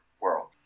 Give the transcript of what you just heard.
world